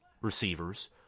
receivers